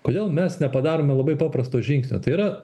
kodėl mes nepadarome labai paprasto žingsnio tai yra